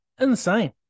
Insane